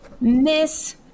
Miss